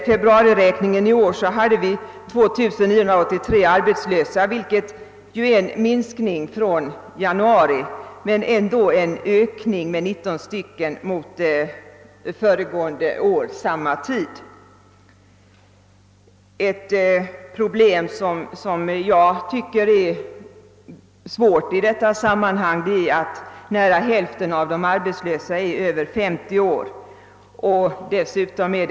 Februariräkningen i år visar att vi hade 2 983 arbetslösa, vilket innebär en minskning från månaden före men ändå en ökning med 19 personer jämfört med samma tid föregående år. Ett problem som jag tycker är svårt i det sammanhanget är att nära hälften av de arbetslösa är över 50 år.